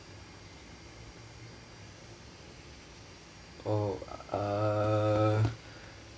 oh err